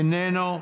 איננו,